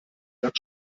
sack